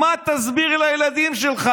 מה תסביר לילדים שלך?